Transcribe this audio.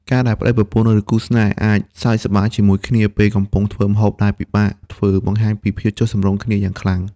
ការដែលប្ដីប្រពន្ធ ឬគូស្នេហ៍អាចសើចសប្បាយជាមួយគ្នាពេលកំពុងធ្វើម្ហូបដែលពិបាកធ្វើ បង្ហាញពីភាពចុះសម្រុងគ្នាយ៉ាងខ្លាំង។